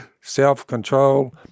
self-control